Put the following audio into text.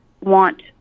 want